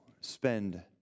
spend